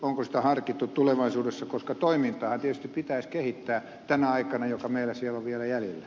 onko sitä harkittu tulevaisuudessa koska toimintaahan tietysti pitäisi kehittää tänä aikana joka meillä siellä on vielä jäljellä